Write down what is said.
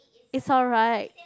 it's alright